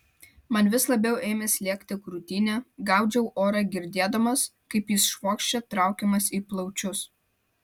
man vis labiau ėmė slėgti krūtinę gaudžiau orą girdėdamas kaip jis švokščia traukiamas į plaučius